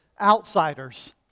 outsiders